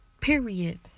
Period